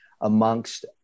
amongst